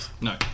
No